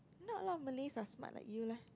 not a lot of Malays are smart like you leh